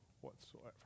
whatsoever